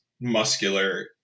muscular